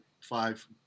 five